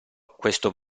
questo